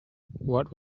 what